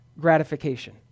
gratification